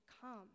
come